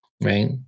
right